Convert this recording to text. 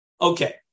Okay